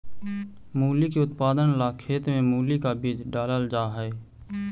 मूली के उत्पादन ला खेत में मूली का बीज डालल जा हई